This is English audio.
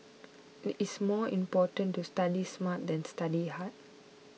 it is more important to study smart than study hard